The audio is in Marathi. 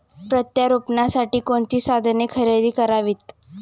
प्रत्यारोपणासाठी कोणती साधने खरेदी करावीत?